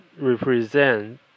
represent